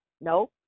No